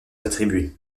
attribuées